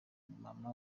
mama